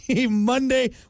Monday